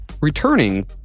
returning